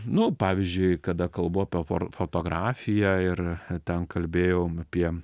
nu pavyzdžiui kada kalbu apie for fotografiją ir ten kalbėjom apie